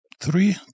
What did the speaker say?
three